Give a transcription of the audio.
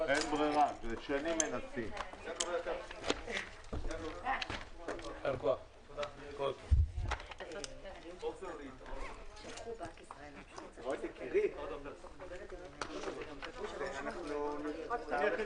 הישיבה ננעלה בשעה 10:00.